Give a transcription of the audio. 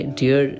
dear